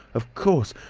of course!